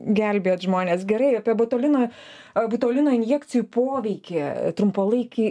gelbėt žmones gerai apie botulino botulino injekcijų poveikį trumpalaikį